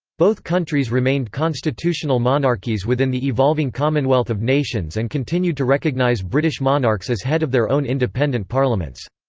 both countries remained constitutional monarchies within the evolving commonwealth of nations and continued to recognise british monarchs as head of their own independent parliaments.